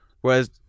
Whereas